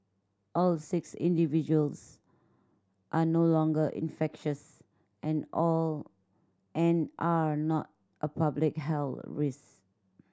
all six individuals are no longer infectious and all and are not a public health risk